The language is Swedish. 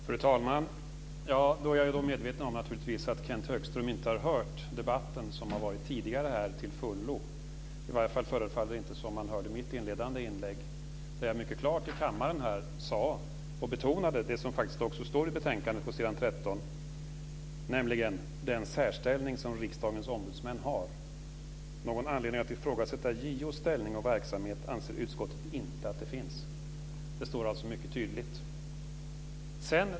Fru talman! Jag är naturligtvis medveten om att Kenth Högström inte har hört debatten till fullo som har förts här tidigare. I varje fall förefaller det inte som om han hörde mitt inledande inlägg, där jag mycket klart till kammaren sade och betonade det som faktiskt också står på s. 13 i betänkandet, nämligen den särställning som Riksdagens ombudsmän har. Någon anledning att ifrågasätta JO:s ställning och verksamhet anser utskottet inte att det finns. Det står alltså mycket tydligt.